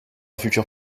futur